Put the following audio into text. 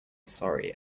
sorry